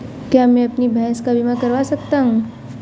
क्या मैं अपनी भैंस का बीमा करवा सकता हूँ?